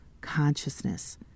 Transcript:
consciousness